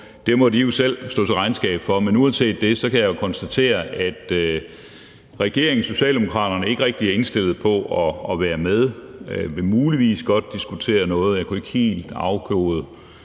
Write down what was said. det må de jo selv stå til regnskab for. Uanset det kan jeg konstatere at regeringen og Socialdemokraterne ikke rigtig er indstillet på at være med. Man vil muligvis godt diskutere noget – jeg kunne ikke helt afkode,